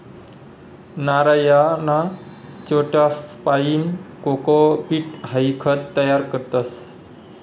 नारयना चिवट्यासपाईन कोकोपीट हाई खत तयार करतस